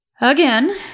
again